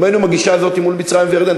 אם היינו בגישה הזאת מול מצרים וירדן,